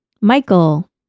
Michael